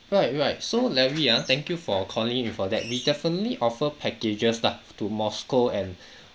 right right so larry ah thank you for calling me for that we definitely offer packages start to moscow and